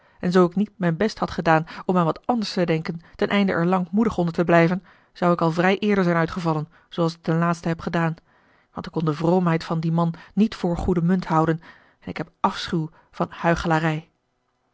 en zoo ik niet mijn best had gedaan om aan wat anders te denken ten einde er lankmoedig onder te blijven zou ik al vrij eerder zijn uitgevallen zooals ik ten laatste heb gedaan want ik kon de vroomheid van dien man niet voor goede munt houden en ik heb een afschuw van huichelarij